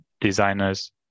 designers